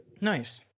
Nice